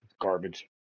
garbage